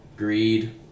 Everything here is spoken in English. greed